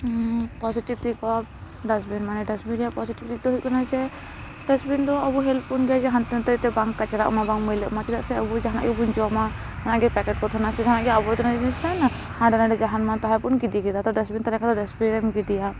positive ᱫᱤᱠᱚ dustbin ᱢᱟᱱᱮ dustbin ᱨᱮᱭᱟᱜ ᱯᱚᱡᱮᱴᱤᱵᱷ ᱫᱤᱠ ᱫᱚ ᱦᱩᱭᱩᱜ ᱠᱟᱱᱟ ᱡᱮ ᱰᱟᱥᱵᱤᱱ ᱫᱚ ᱟᱵᱚ ᱦᱮᱞᱯᱵᱚᱱ ᱦᱟᱱᱛᱮ ᱱᱟᱛᱮ ᱵᱟᱝ ᱠᱟᱪᱨᱟᱜ ᱢᱟ ᱵᱟᱝ ᱢᱟᱹᱭᱞᱟᱜ ᱢᱟ ᱪᱮᱫᱜ ᱥᱮ ᱟᱵᱩ ᱡᱟᱦᱟᱱᱟᱜ ᱜᱤᱵᱩᱱ ᱡᱚᱢᱟ ᱚᱱᱟ ᱜᱮ ᱯᱮᱠᱮᱴ ᱠᱚ ᱛᱟᱦᱮᱱᱟ ᱡᱮ ᱡᱟᱦᱟᱱᱟᱜ ᱜᱤ ᱟᱵᱚᱨᱡᱚᱱᱟ ᱡᱤᱱᱤᱥ ᱦᱩᱭᱮᱱᱟ ᱟᱨ ᱡᱟᱦᱟᱱ ᱢᱟᱱ ᱛᱟᱦᱟᱸ ᱵᱚᱱ ᱜᱤᱰᱤ ᱠᱤᱫᱟ ᱛᱳ ᱰᱟᱥᱵᱤᱱ ᱛᱮᱦᱮᱞᱮᱱ ᱠᱷᱟᱱᱫᱚ ᱰᱟᱥᱵᱤᱱ ᱨᱮᱢ ᱜᱤᱰᱤᱭᱟ